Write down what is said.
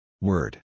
Word